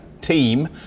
team